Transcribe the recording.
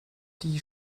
die